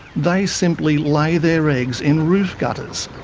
they simply lay their eggs in roof gutters,